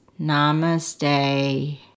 Namaste